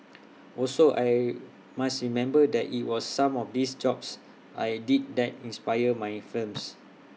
also I must remember that IT was some of these jobs I did that inspired my films